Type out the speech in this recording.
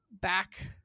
back